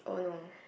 oh no